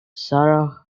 sarah